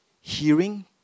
hearing